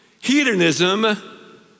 hedonism